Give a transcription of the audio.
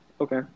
Okay